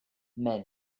men